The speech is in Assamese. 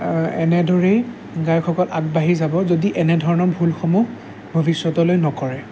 এনেদৰেই গায়কসকল আগবাঢ়ি যাব যদি এনেধৰণৰ ভুলসমূহ ভৱিষ্যতলৈ নকৰে